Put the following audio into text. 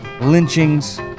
Lynchings